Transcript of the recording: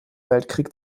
weltkrieg